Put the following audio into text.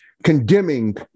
condemning